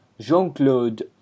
Jean-Claude